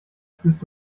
führst